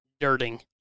dirting